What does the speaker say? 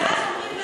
ואז אומרים: לא,